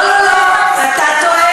לא לא לא, אתה טועה.